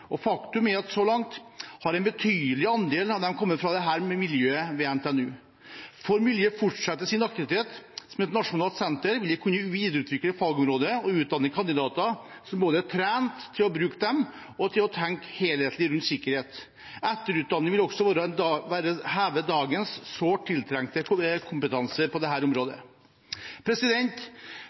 og faktum er at så langt har en betydelig andel av dem kommet fra dette fagmiljøet ved NTNU. Får miljøet fortsette sin aktivitet som et nasjonalt senter, vil de kunne videreutvikle fagområdet og utdanne kandidater som både er trent til å bruke dem og til å tenke helhetlig rundt sikkerhet. Etterutdanning vil også heve dagens sårt tiltrengte kompetanse på dette området. Det